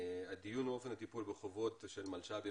הדיון באופן הטיפול בחובות של מלש"בים